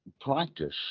practice